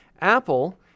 Apple